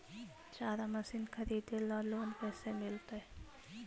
चारा मशिन खरीदे ल लोन कैसे मिलतै?